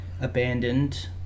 abandoned